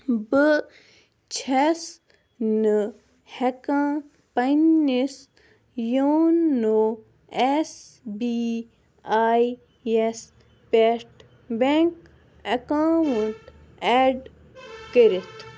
بہٕ چھَس نہٕ ہٮ۪کان پنٛنِس یوٗنو اٮ۪س بی آی یَس پٮ۪ٹھ بٮ۪نٛک اٮ۪کاوُنٛٹ اٮ۪ڈ کٔرِتھ